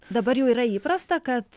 dabar jau yra įprasta kad